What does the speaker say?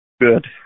Good